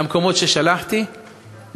למקומות ששלחתי,